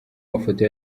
mafoto